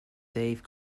dave